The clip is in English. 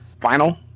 final